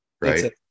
right